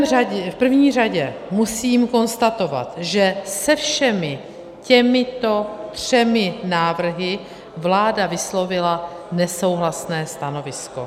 V první řadě musím konstatovat, že se všemi těmito třemi návrhy vláda vyslovila nesouhlasné stanovisko.